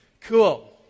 Cool